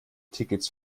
tickets